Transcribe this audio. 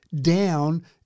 down